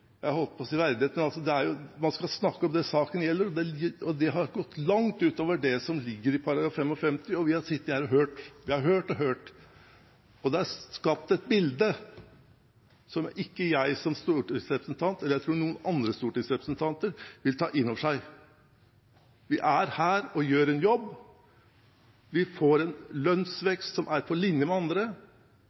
jeg holdt på å si – Stortingets verdighet. Man skal snakke om det saken gjelder, og de har gått langt utover det som ligger i § 55. Vi har sittet her og hørt og hørt. Det er skapt et bilde som jeg som stortingsrepresentant – og jeg tror det gjelder alle de andre stortingsrepresentantene også – ikke vil ta innover meg. Vi er her og gjør en jobb. Vi får en lønnsvekst som er på linje med